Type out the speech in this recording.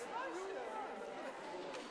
לכן הרשו לי לומר לכם בבירור: אני ראש ממשלת בריטניה